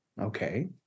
Okay